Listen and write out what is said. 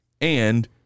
and-